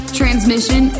transmission